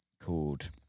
called